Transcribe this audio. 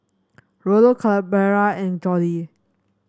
Rollo Clarabelle and Jordi